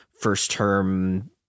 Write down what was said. first-term –